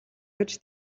гэж